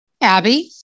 Abby